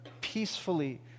peacefully